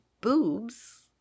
boobs